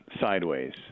sideways